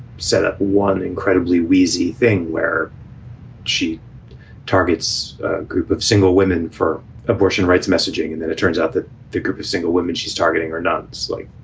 set up one incredibly wheezy thing, where she targets a group of single women for abortion rights messaging. and then it turns out that the group of single women she's targeting are nuns like,